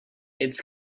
its